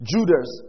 Judas